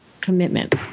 commitment